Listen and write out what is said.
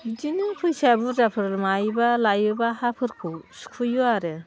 बिदिनो फैसाया बुरजाफोर मायोब्ला लायोब्ला हाफोरखौ सुख'यो आरो